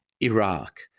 Iraq